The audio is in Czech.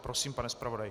Prosím, pane zpravodaji.